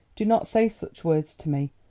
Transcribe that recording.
do not say such words to me.